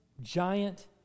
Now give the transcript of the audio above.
giant